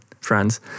friends